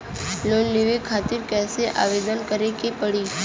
Loan लेवे खातिर कइसे आवेदन करें के पड़ी?